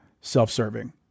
self-serving